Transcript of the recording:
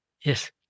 Yes